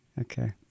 Okay